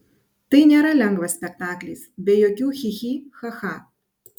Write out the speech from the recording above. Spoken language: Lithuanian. tai nėra lengvas spektaklis be jokių chi chi cha cha